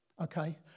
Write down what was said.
Okay